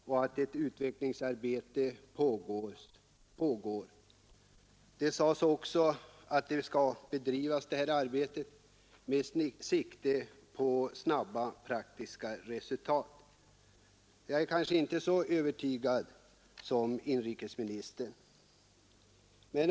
Herr talman! Jag ber att få tacka statsrådet för svaret på min interpellation. Det var ju kort och koncist. Av svaret framgår att nuvarande system för yrkesklassificering överarbetas och att ett utvecklingsarbete pågår. Det sades också att detta arbete skall bedrivas med sikte på snabba praktiska resultat. Jag kanske inte är så övertygad som inrikesministern om att så blir fallet.